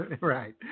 Right